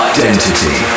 Identity